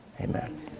amen